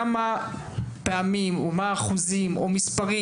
כמה פעמים ומה האחוזים או מספרים,